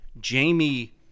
Jamie